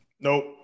Nope